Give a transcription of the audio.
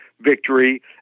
victory